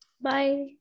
Bye